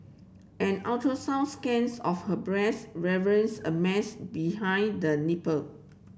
an ultrasound scans of her breast reveals a mass behind the nipple